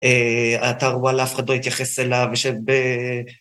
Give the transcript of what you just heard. האתר וואלה אף אחד לא התייחס אליו